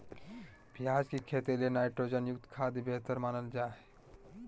प्याज के खेती ले नाइट्रोजन युक्त खाद्य बेहतर मानल जा हय